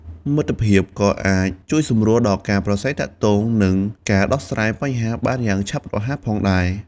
មិត្តភាពក៏អាចជួយសម្រួលដល់ការប្រាស្រ័យទាក់ទង និងការដោះស្រាយបញ្ហាបានយ៉ាងឆាប់រហ័សផងដែរ។